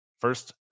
First